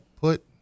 put